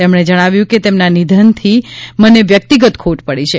તેમણે જણાવ્યું છે કે તેમના નિધનથી મને વ્યક્તિગત ખોટ પડી છે